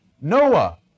Noah